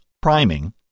priming